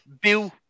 Bill